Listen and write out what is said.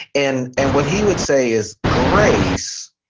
and and what he would say is, grace,